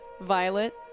Violet